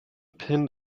pinned